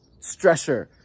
stressor